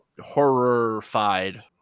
horrified